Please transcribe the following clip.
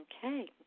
Okay